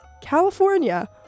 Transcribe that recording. California